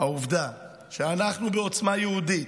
העובדה שאנחנו בעוצמה יהודית,